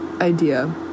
idea